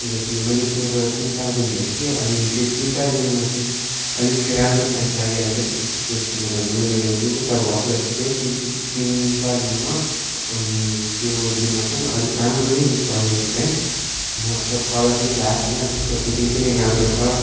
जस्तो कि मैले किनेको तिन चार दिन भइसक्यो अनि त्यो तिन चार दिनमा चाहिँ अलिक राम्रो प्यान्ट लागेर चाहिँ उसको त्यसको मतलब मैले दुई तिन ताल मैले वास गरिसकेँ तिनताल तिन चार दिनमा अनि त्यो दिनमा चाहिँ अलिक राम्रो नै चल्यो त्यो प्यान्ट मतलब कलर पनि गएको छैन त्यसको फिटिङ पनि राम्रो छ